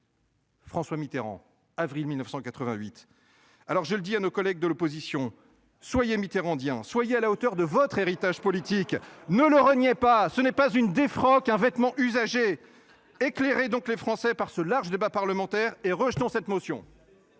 François Mitterrand, avril 1988. Alors je le dis à nos collègues de l'opposition soyez mitterrandien, soyez à la hauteur de votre héritage politique ne le reniez pas ce n'est pas une défroque un vêtements usagés éclairé. Donc les Français par ce large débat parlementaire et rejetons cette motion.